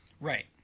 Right